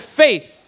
faith